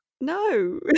No